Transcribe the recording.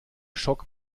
schock